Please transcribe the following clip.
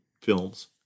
films